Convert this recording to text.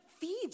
feed